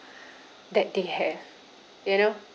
that they have you know